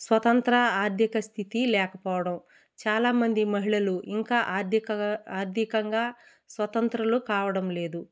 స్వతంత్ర ఆర్థిక స్థితి లేకపోవడం చాలామంది మహిళలు ఇంకా ఆర్థికంగా స్వతంత్రులు కావడం లేదు